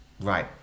right